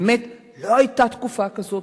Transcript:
באמת, לא היתה תקופה כזאת.